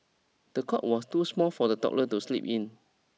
the cot was too small for the toddler to sleep in